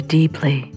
deeply